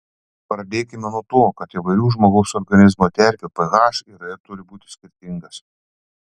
pradėkime nuo to kad įvairių žmogaus organizmo terpių ph yra ir turi būti skirtingas